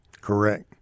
Correct